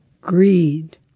greed